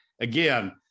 again